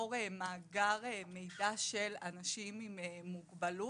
ליצור מאגר מידע של אנשים עם מוגבלות,